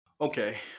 Okay